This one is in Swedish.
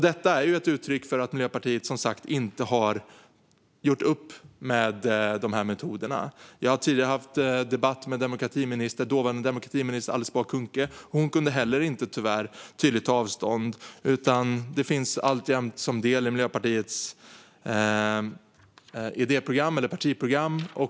Detta är ett uttryck för att Miljöpartiet, som sagt, inte har gjort upp med de här metoderna. Jag har tidigare haft debatt om detta med dåvarande demokratiminister Alice Bah Kuhnke. Hon kunde tyvärr heller inte ta tydligt avstånd. Det finns alltid en sådan del i Miljöpartiets partiprogram.